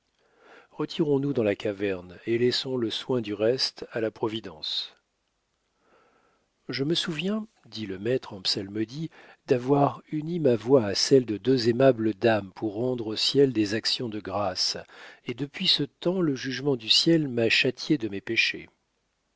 retirons-nous dans la caverne et laissons le soin du reste à la providence je me souviens dit le maître en psalmodie d'avoir uni ma voix à celle de deux aimables dames pour rendre au ciel des actions de grâces et depuis ce temps le jugement du ciel m'a châtié de mes péchés